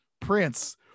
Prince